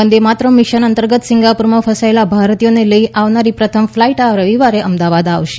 વંદે Bharat mission અંતર્ગત સિંગાપુરમાં ફસાથેલા ભારતીયોને લઇને આવનારી પ્રથમ ફલાઇ આ રવિવારે અમદાવાદ આવશે